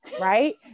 Right